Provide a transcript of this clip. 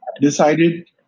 decided